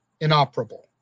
inoperable